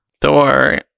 Thor